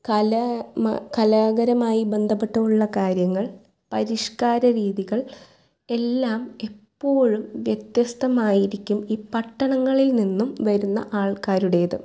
കലാമ കലാപരമായി ബെന്ധപ്പെട്ടുള്ള കാര്യങ്ങൾ പരിഷ്ക്കാര രീതികൾ എല്ലാം എപ്പോഴും വ്യത്യസ്തമായിരിക്കും ഈ പട്ടങ്ങങ്ങളിൽ നിന്നും വരുന്ന ആൾക്കാരുടേത്